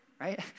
Right